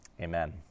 Amen